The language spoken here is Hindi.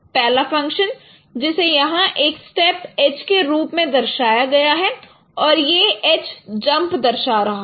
पहला फंक्शन जिसे यहां एक स्थेप एज के रूप में दर्शाया गया है और यह एज जंप दर्शा रहा है